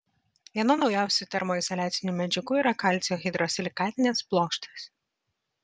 viena naujausių termoizoliacinių medžiagų yra kalcio hidrosilikatinės plokštės